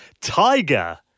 Tiger